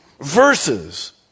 verses